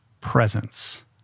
presence